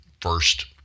first